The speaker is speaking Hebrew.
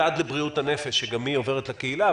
ועד לבריאות הנפש שגם היא עוברת לקהילה,